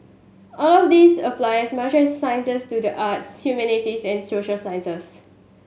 all of these apply as much the sciences as to the arts humanities and social sciences